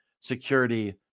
Security